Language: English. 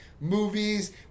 Movies